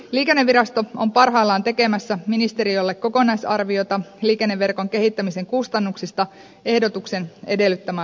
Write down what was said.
liikennevirasto on parhaillaan tekemässä ministeriölle kokonaisarviota liikenneverkon kehittämisen kustannuksista ehdotuksen edellyttämään tasoon